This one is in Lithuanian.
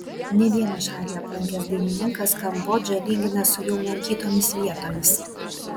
ne vieną šalį aplankęs dainininkas kambodžą lygina su jau lankytomis vietomis